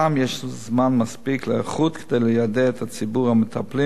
בניגוד ל"אלטרוקסין",